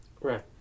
Right